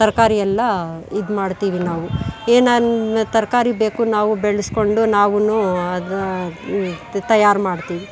ತರಕಾರಿ ಎಲ್ಲ ಇದು ಮಾಡ್ತೀವಿ ನಾವು ಏನಾನ್ನ ತರಕಾರಿ ಬೇಕು ನಾವು ಬೆಳೆಸ್ಕೊಂಡು ನಾವು ಅದು ತಯಾರು ಮಾಡ್ತೀವಿ